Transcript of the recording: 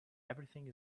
everything